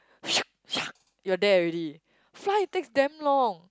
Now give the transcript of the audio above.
you are there already fly takes damn long